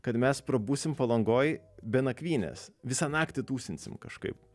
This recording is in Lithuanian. kad mes prabusim palangoj be nakvynės visą naktį tūsinsim kažkaip